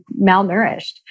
malnourished